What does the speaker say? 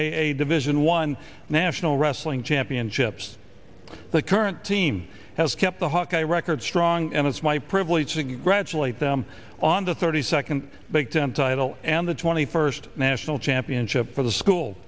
a division one national wrestling championships the current team has kept the hawkeye record strong and it's my privilege to graduate them on the thirty second big ten title and the twenty first national championship for the school